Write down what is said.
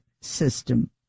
system